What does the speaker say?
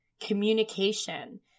communication